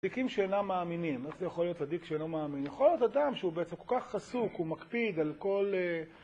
צדיקים שאינם מאמינים, איך זה יכול להיות צדיק שאינם מאמינים? יכול להיות אדם שהוא בעצם כל כך עסוק, הוא מקפיד על כל...